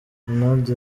ronaldo